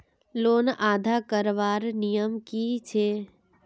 Loan अदा करवार नियम की छे?